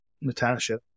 Natasha